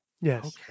Yes